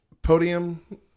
Podium